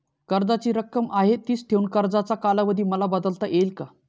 कर्जाची रक्कम आहे तिच ठेवून कर्जाचा कालावधी मला बदलता येईल का?